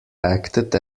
acted